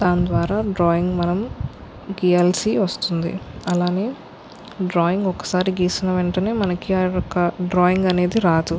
దాని ద్వారా డ్రాయింగ్ మనం గీయాల్సివస్తుంది అలానే డ్రాయింగ్ ఒకసారి గీసిన వెంటనే మనకి ఆ యొక్క డ్రాయింగ్ అనేది రాదు